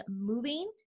moving